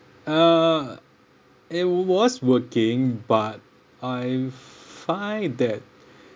uh it was working but I find that